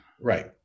Right